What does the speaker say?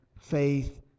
faith